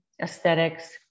aesthetics